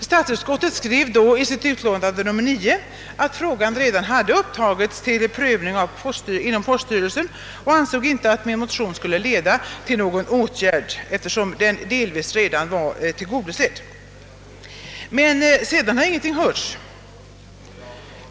Statsutskottet skrev då i sitt utlåtande nr 9 att frågan redan hade upptagits till prövning inom poststyrelsen och ansåg inte att min motion borde leda till någon åtgärd eftersom dess syfte redan delvis var tillgodosett. Men sedan har ingenting hörts.